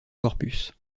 corpus